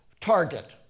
target